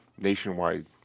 nationwide